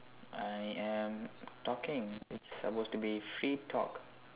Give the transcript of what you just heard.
I am talking it's supposed to be free talk